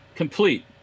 complete